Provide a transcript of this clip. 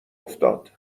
افتاد